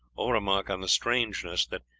or remark on the strangeness that,